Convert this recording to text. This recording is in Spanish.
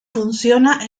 funciona